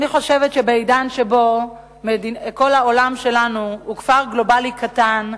אני חושבת שבעידן שבו כל העולם שלנו הוא כפר גלובלי קטן,